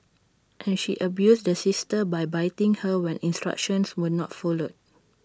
and she abused the sister by biting her when instructions were not followed